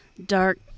Dark